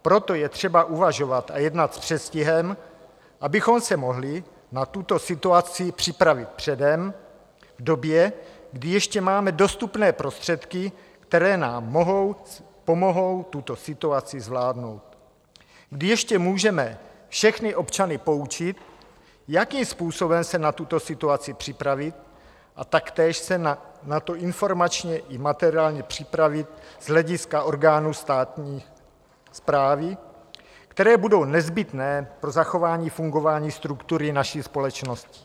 Proto je třeba uvažovat a jednat s předstihem, abychom se mohli na tuto situaci připravit předem, v době, kdy ještě máme dostupné prostředky, které nám pomohou tuto situaci zvládnout, kdy ještě můžeme všechny občany poučit, jakým způsobem se na tuto situaci připravit, a taktéž se na to informačně i materiálně připravit z hlediska orgánů státní správy, které budou nezbytné pro zachování fungování struktury naší společnosti.